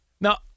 Now